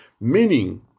Meaning